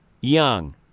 young